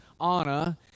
Anna